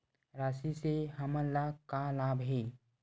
राशि से हमन ला का लाभ हे?